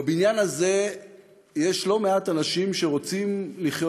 בבניין הזה יש לא מעט אנשים שרוצים לחיות